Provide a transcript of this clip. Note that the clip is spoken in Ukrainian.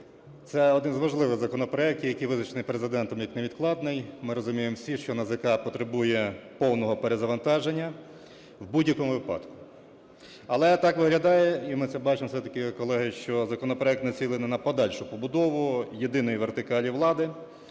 Це один з важливих законопроектів, який визначений Президентом як невідкладний. Ми розуміємо всі, що НАЗК потребує повного перезавантаження в будь-якому випадку. Але так виглядає і ми це бачимо все-таки, колеги, що законопроект націлений на подальшу побудову єдиної вертикалі влади.